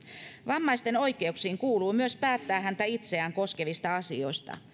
vammaisten oikeuksiin kuuluu myös päättää häntä itseään koskevista asioista